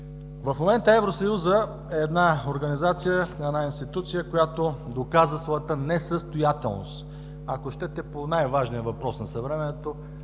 В момента Евросъюзът е една организация, една институция, която доказа своята несъстоятелност, ако щете по най-важния въпрос на съвремието,